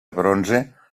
bronze